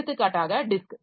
எடுத்துக்காட்டாக டிஸ்க்